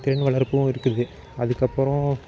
திறன் வளர்ப்பும் இருக்குது அதுக்கப்புறம்